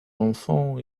enfants